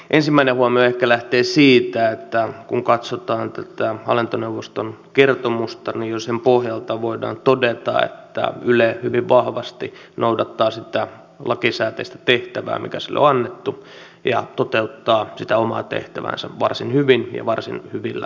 ensimmäinen huomio ehkä lähtee siitä että kun katsotaan tätä hallintoneuvoston kertomusta niin jo sen pohjalta voidaan todeta että yle hyvin vahvasti noudattaa sitä lakisääteistä tehtävää mikä sille on annettu ja toteuttaa sitä omaa tehtäväänsä varsin hyvin ja varsin hyvillä tuloksilla